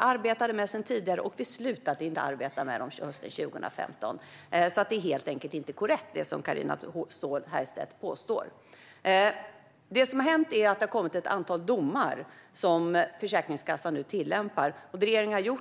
arbetar vi sedan tidigare med dessa områden, och vi slutade inte att arbeta med dem hösten 2015. Det som Carina Ståhl Herrstedt påstår är helt enkelt inte korrekt. Det som har hänt är att det har kommit ett antal domar, och Försäkringskassan tillämpar nu dessa regler.